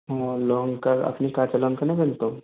ও লঙ্কা আপনি কাঁচা লঙ্কা নেবেন তো